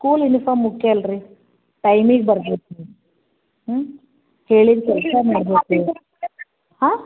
school uniform ಮುಖ್ಯ ಅಲ್ರಿ ಟೈಮಿಗೆ ಬರಬೇಕು ಹ್ಞೂ ಹೇಳಿದ ಕೆಲಸ ಮಾಡಬೇಕು ಹಾಂ